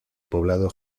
poblado